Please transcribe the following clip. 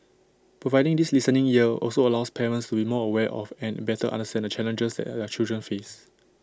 providing this listening ear also allows parents to be more aware of and better understand the challenges their children face